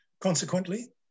Consequently